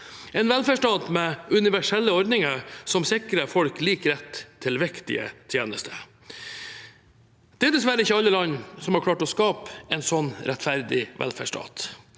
en velferdsstat med universelle ordninger som sikrer folk lik rett til viktige tjenester. Det er dessverre ikke alle land som har klart å skape en sånn rettferdig velferdsstat,